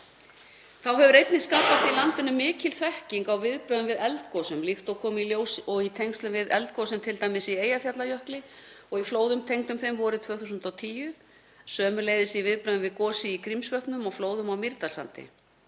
Þá hefur einnig skapast í landinu mikil þekking á viðbrögðum við eldgosum líkt og kom í ljós í tengslum við eldgosin t.d. í Eyjafjallajökli og í flóðum tengdum þeim vorið 2010. Sömuleiðis í viðbrögðum við gosið í Grímsvötnum og flóðum á Mýrdalssandi.